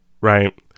right